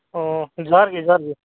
ᱚ ᱡᱚᱦᱟᱨ ᱜᱮ ᱡᱚᱦᱟᱨ ᱜᱮ